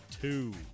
two